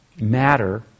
matter